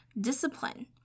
discipline